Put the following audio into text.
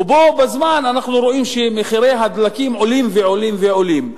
ובו בזמן אנחנו רואים שמחירי הדלקים עולים ועולים ועולים.